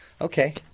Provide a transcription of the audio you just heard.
Okay